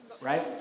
right